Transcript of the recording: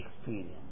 experience